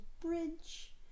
bridge